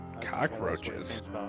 Cockroaches